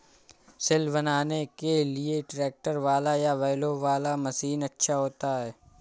सिल बनाने के लिए ट्रैक्टर वाला या बैलों वाला मशीन अच्छा होता है?